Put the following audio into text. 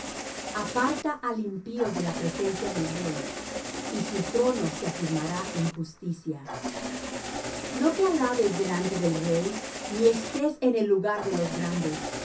aparta al impío de la presencia del rey y su trono se afirmará en justicia no te alabes delante del rey ni estés en el lugar de los grandes